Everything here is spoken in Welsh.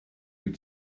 wyt